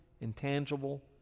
intangible